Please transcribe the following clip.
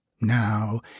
Now